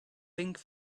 pink